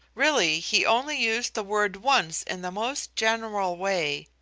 really, he only used the word once in the most general way.